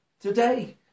Today